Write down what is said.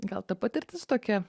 gal ta patirtis tokia